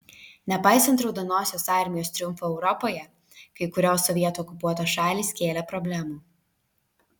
nepaisant raudonosios armijos triumfo europoje kai kurios sovietų okupuotos šalys kėlė problemų